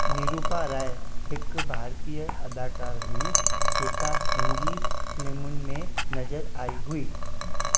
निरूपा रॉय हिकु भारतीय अदाकारु हुई जेका हिंदी फ़िल्मुनि में नज़र आई हुई